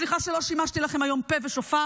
סליחה שלא שימשתי לכן היום פה ושופר.